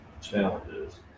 Challenges